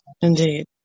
Indeed